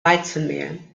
weizenmehl